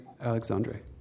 Alexandre